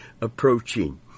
approaching